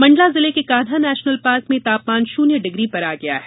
मंडला जिले के Kanha national park में तापमान शन्य डिग्री पर आ गया है